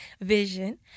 vision